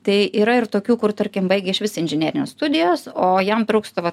tai yra ir tokių kur tarkim baigė išvis inžinerines studijas o jam trūksta va